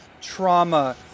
trauma